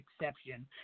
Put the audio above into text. exception